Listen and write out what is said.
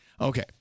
Okay